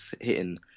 hitting